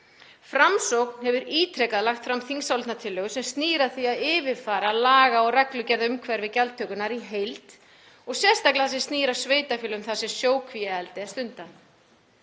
Framsókn hefur ítrekað lagt fram þingsályktunartillögu sem snýr að því að yfirfara laga- og reglugerðaumhverfi gjaldtökunnar í heild og sérstaklega það sem snýr að sveitarfélögum þar sem sjókvíaeldi er stundað.